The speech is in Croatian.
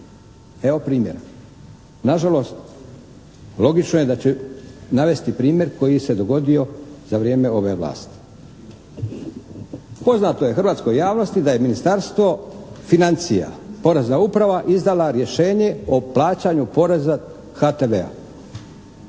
Evo primjera. Nažalost, logično je da ću navesti primjer koji se dogodio za vrijeme ove vlasti. Poznato je hrvatskoj javnosti da je Ministarstvo financija, porezna uprava izdala rješenje o plaćanju poreza HTV-a.